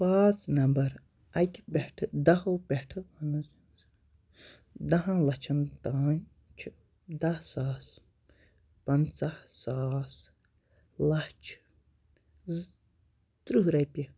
پانٛژھ نمبر اَکہِ پٮ۪ٹھٕ دَہو پٮ۪ٹھٕ دَہَن لَچھَن تانۍ چھِ دَہ ساس پنٛژاہ ساس لَچھ زٕ ترٕٛہ رۄپیہِ